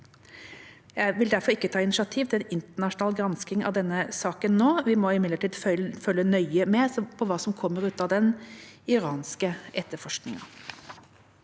Jeg vil derfor ikke ta initiativ til en internasjonal gransking av denne saken nå. Vi må imidlertid følge nøye med på hva som kommer ut av den iranske etterforskningen.